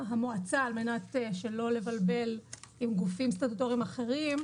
למועצה על מנת שלא לבלבל עם גופים סטטוטוריים אחרים,